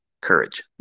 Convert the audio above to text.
courage